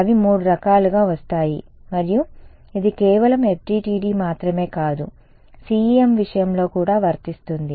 అవి మూడు రకాలుగా వస్తాయి మరియు ఇది కేవలం FDTD మాత్రమే కాదు CEM విషయంలో కూడా వర్తిస్తుంది